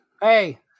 Hey